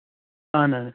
اَہَن حظ